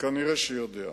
וכנראה הוא יודע.